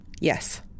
Yes